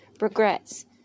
regrets